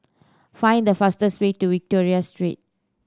find the fastest way to Victoria Street